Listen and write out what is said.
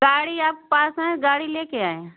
गाड़ी आप पास हैं गाड़ी लेकर आएँ